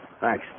Thanks